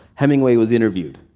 hemingway was interviewed.